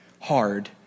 hard